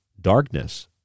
darkness